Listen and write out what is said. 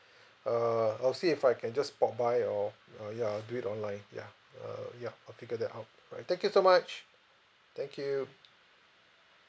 err I'll see if I can just pop by or uh ya I'll do it online ya uh ya I'll figure that out all right thank you so much thank you